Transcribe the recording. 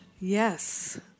Yes